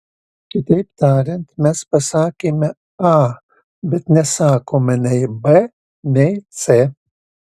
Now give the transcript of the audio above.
kitaip tariant mes pasakėme a bet nesakome nei b nei c